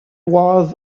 was